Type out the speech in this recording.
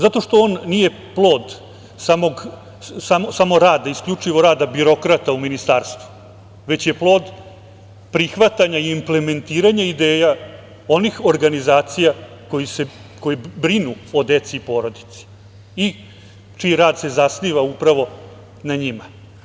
Zato što on nije plod samo rada, isključivo rada birokrata u ministarstvu, već je plod prihvatanja i implementiranja ideja onih organizacije koje brinu o deci i porodici i čiji rad se zasniva upravo na njima.